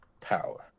power